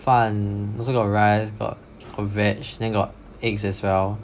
饭 also got rice got got veg then got eggs as well